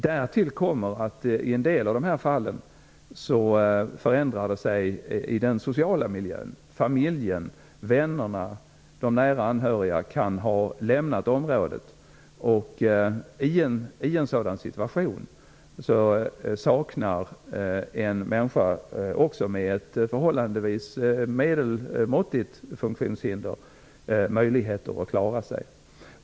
Därtill kommer att i en del av dessa fall har det skett förändringar i den sociala miljön. Familjen, vännerna och andra nära anhöriga kan ha lämnat området. I en sådan situation saknar en människa med också ett förhållandevis medelmåttigt funktionshinder möjligheter att klara sig.